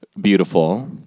Beautiful